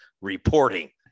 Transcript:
reporting